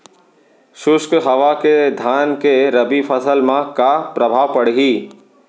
शुष्क हवा के धान के रबि फसल मा का प्रभाव पड़ही?